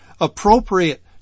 appropriate